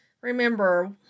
remember